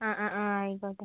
ആ ആ ആ ആയിക്കോട്ടെ